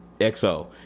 XO